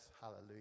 Hallelujah